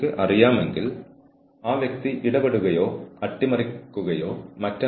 പക്ഷേ നിങ്ങൾക്ക് ഒരു ഡൈനിംഗ് ഹാളിന് മുന്നിൽ ശരിക്കും ഒരു ക്ലോസ്ഡ് സർക്യൂട്ട് ക്യാമറ വേണോ